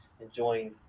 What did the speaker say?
enjoying